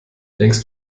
denkst